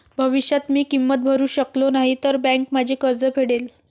भविष्यात मी किंमत भरू शकलो नाही तर बँक माझे कर्ज फेडेल